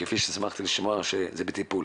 וכפי ששמחתי לשמוע זה בטיפול.